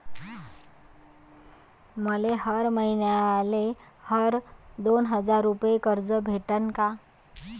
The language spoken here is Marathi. मले हर मईन्याले हर दोन हजार रुपये कर्ज भेटन का?